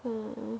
mm